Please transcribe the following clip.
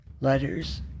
letters